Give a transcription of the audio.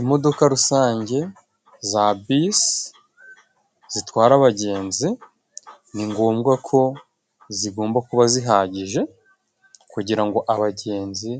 Imodoka rusange za bisi zitwara abagenzi, ni ngombwa ko zigomba kuba zihagije kugira ngo abagenzi